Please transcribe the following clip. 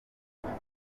ineza